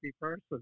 person